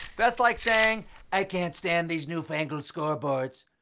that's like saying i can't stand these newfangled scoreboards.